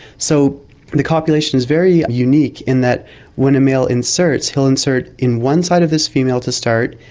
so the copulation is very unique in that when a male inserts he'll insert in one side of this female to start,